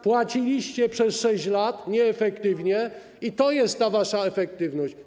Płaciliście przez 6 lat nieefektywnie, i to jest ta wasza efektywność.